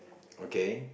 okay